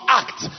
act